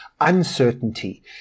uncertainty